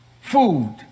Food